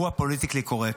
והוא הפוליטיקלי-קורקט.